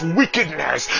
wickedness